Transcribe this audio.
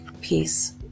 Peace